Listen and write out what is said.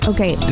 Okay